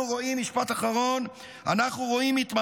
אנחנו רואים,